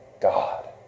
God